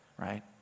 Right